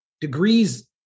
Degrees